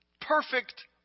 perfect